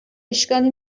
اشکالی